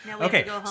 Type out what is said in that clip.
Okay